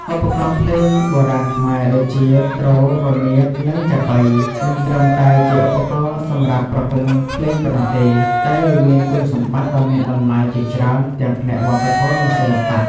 ឧបករណ៍ភ្លេងបុរាណខ្មែរដូចជា ទ្រ រនាត និង ចាប៉ី មិនត្រឹមតែជាឧបករណ៍សម្រាប់ប្រគំភ្លេងប៉ុណ្ណោះទេ តែវាមានគុណសម្បត្តិដ៏មានតម្លៃជាច្រើនទាំងផ្នែកវប្បធម៌ និងសិល្បៈ។